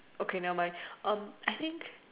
okay never mind um I think